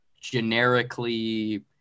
generically